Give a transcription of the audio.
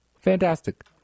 Fantastic